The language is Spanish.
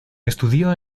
estudió